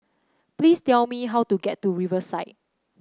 please tell me how to get to Riverside